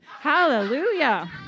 Hallelujah